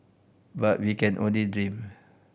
but we can only dream